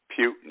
Putin